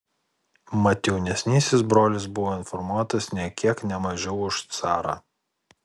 mat jaunesnysis brolis buvo informuotas nė kiek ne mažiau už carą